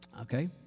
Okay